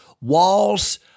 walls